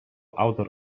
autor